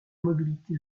mobilité